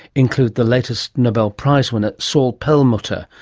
including the latest nobel prize winner saul perlmutter,